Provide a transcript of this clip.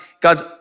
God's